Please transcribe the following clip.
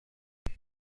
saya